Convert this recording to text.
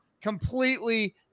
completely